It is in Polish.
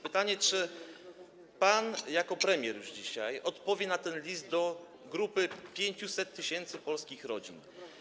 Pytanie, czy pan, jako premier już dzisiaj, odpowie na ten list grupy 500 tys. polskich rodzin.